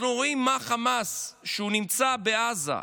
אנחנו רואים שחמאס שנמצא בעזה,